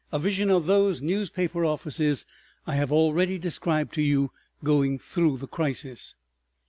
a vision of those newspaper offices i have already described to you going through the crisis.